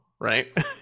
right